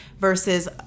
versus